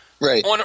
Right